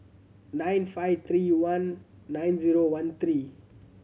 nine five three one nine zero one three